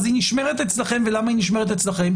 אז היא נשמרת אצלכם, ולמה היא נשמרת אצלכם?